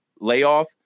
layoff